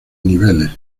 niveles